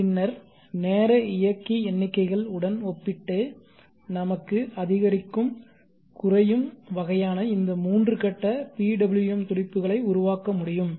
பின்னர் நேர இயக்கி எண்ணிக்கைகள் உடன் ஒப்பிட்டு நமக்கு அதிகரிக்கும் குறையும் வகையான இந்த மூன்று கட்ட PWM துடிப்புகளை உருவாக்க முடியும்